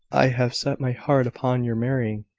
i have set my heart upon your marrying,